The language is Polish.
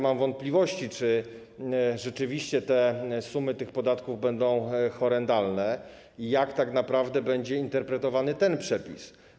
Mam wątpliwości, czy rzeczywiście sumy tych podatków będą horrendalne i jak tak naprawdę będzie interpretowany ten przepis.